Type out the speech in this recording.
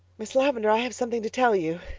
miss lavendar, i have something to tell you.